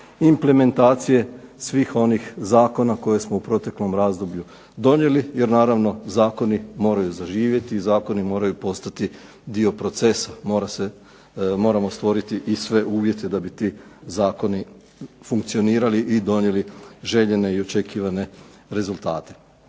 implementacije svih onih zakona koje smo u proteklom razdoblju donijeli jer naravno zakoni moraju zaživjeti i zakoni moraju postati dio procesa. Moramo stvoriti i sve uvjete da bi ti zakoni funkcionirali i donijeli željene i očekivane rezultate.